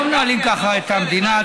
לא מנהלים ככה את המדינה.